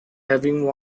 having